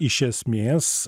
iš esmės